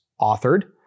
authored